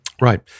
Right